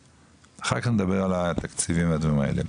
אחר כך נדבר על התקציבים והדברים האלה.